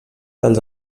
dels